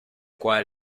cual